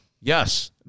Yes